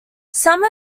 some